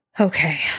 Okay